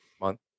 month